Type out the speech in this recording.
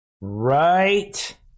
Right